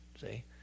see